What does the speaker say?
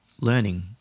learning